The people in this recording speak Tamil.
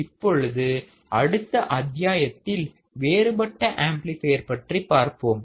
இப்பொழுது அடுத்த அத்தியாயத்தில் வேறுபட்ட ஆம்ப்ளிபையர் பற்றி பார்ப்போம்